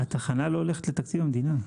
התחנה לא הולכת לתקציב המדינה.